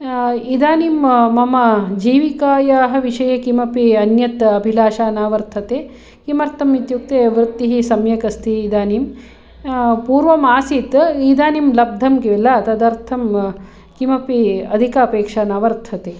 इदानीं मम जीविकायाः विषये किमपि अन्यत् अभिलाषा न वर्तते किमर्थम् इत्युक्ते वृत्तिः सम्यक् अस्ति इदानीं पूर्वम् आसीत् इदानीं लब्धं किल तदर्थं किमपि अधिका अपेक्षा न वर्तते